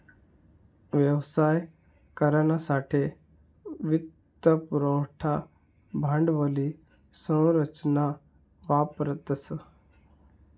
व्यवसाय करानासाठे वित्त पुरवठा भांडवली संरचना वापरतस